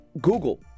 Google